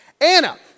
Anna